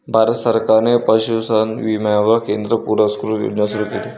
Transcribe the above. भारत सरकारने पशुधन विम्यावर केंद्र पुरस्कृत योजना सुरू केली